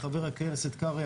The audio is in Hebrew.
חבר הכנסת קרעי,